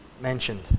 mentioned